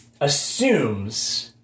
assumes